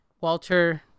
Walter